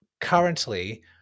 currently